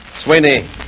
Sweeney